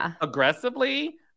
aggressively